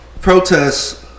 protests